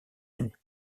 unis